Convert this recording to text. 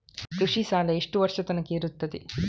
ಕೃಷಿ ಸಾಲ ಎಷ್ಟು ವರ್ಷ ತನಕ ಇರುತ್ತದೆ?